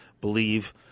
believe